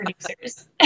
producers